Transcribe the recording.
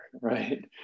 right